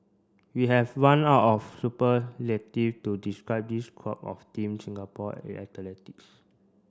we have run out of superlative to describe this crop of Team Singapore